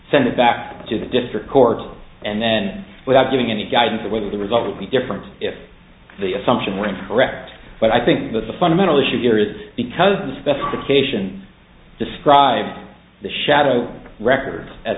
send it back to the district court and then without doing any guidance that would be the result would be different if the assumption were incorrect but i think that was the fundamental issue here is because the specifications described the shadow records as